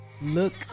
look